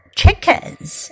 chickens